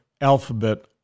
alphabet